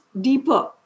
deeper